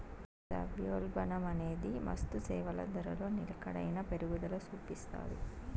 ద్రవ్యోల్బణమనేది వస్తుసేవల ధరలో నిలకడైన పెరుగుదల సూపిస్తాది